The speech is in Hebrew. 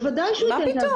מה פתאום?